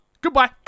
goodbye